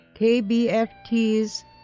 KBFT's